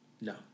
No